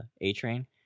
A-Train